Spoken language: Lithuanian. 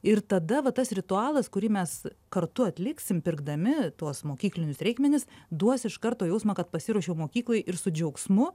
ir tada va tas ritualas kurį mes kartu atliksim pirkdami tuos mokyklinius reikmenis duos iš karto jausmą kad pasiruošiau mokyklai ir su džiaugsmu